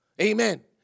Amen